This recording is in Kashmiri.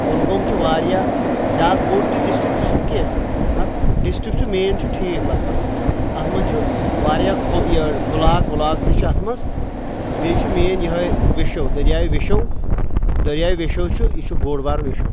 گۄلگوم چھُ واریاہ زیادٕ بوٚڑ ڈرسٹرکٹ تہِ چھُنہٕ کینٛہہ مگر ڈرسٹرکٹ چھُ مین چھُ ٹھیٖک لگ بگ اتھ منٛز چھِ واریاہ یہِ بُلاک وٕلاک تہِ چھِ اتھ منٛز بییٚہِ چھِ مین یہے ویٚشو دریایہ ویٚشو دریاے ویٚشو چھ یہِ چھُ بوٚڑ بارٕ ویٚشو